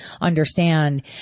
understand